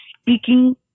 speaking